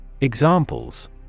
Examples